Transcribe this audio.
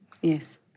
yes